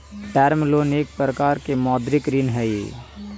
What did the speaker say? term loan एक प्रकार के मौदृक ऋण हई